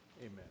Amen